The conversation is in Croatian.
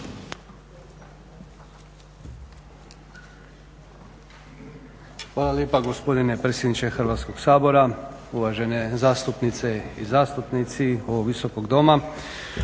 Hvala lijepa gospodine predsjedniče Hrvatskog sabora. Uvažene zastupnice i zastupnici ovog Visokog doma.